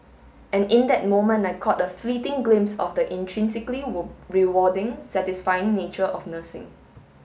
and in that moment I caught a fleeting glimpse of the intrinsically rewarding satisfying nature of nursing